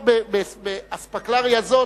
עכשיו באספקלריה זאת,